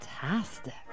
fantastic